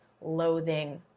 loathing